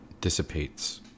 Dissipates